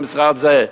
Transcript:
במשרד זה,